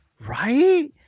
right